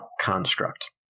construct